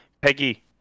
Peggy